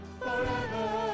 forever